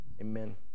Amen